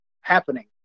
happening